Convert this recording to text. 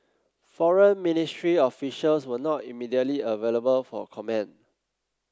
Foreign Ministry officials were not immediately available for comment